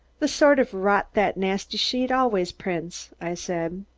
the sort of rot that nasty sheet always prints, i said.